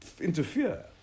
interfere